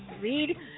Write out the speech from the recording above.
read